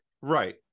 Right